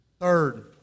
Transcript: third